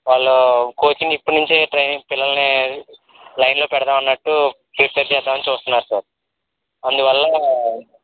వాళ్ళు కోచింగ్ ఇప్పుడు నుంచే ట్రైనింగ్ పిల్లలని లైన్లో పెడదాము అన్నట్టు ప్రిపేర్ చేద్దాము అని చూస్తున్నారు సార్ అందువల్ల